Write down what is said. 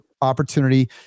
opportunity